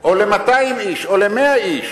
או ל-200 איש או ל-100 איש,